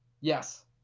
Yes